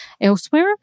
elsewhere